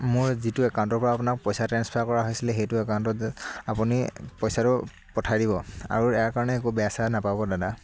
মোৰ যিটো একাউণ্টৰ পৰা আপোনাক পইচা ট্ৰেন্সফাৰ কৰা হৈছিলে সেইটো একাউণ্টতে আপুনি পইচাটো পঠাই দিব আৰু ইয়াৰ কাৰণে একো বেয়া চেয়া নেপাব দাদা